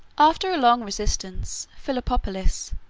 after a long resistance, philoppopolis,